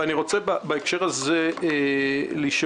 בהקשר הזה אני רוצה לשאול.